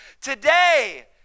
Today